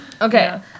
Okay